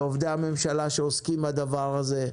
לעובדי הממשלה שעוסקים בדבר הזה,